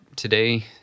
today